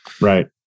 Right